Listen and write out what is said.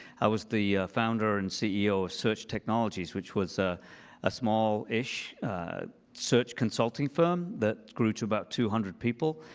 i was the founder and ceo of search technologies, which was a ah smallish search consulting firm that grew to about two hundred people.